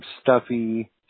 stuffy